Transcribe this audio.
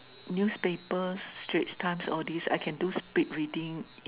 newspaper Straits Times all this I can do speed reading